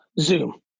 Zoom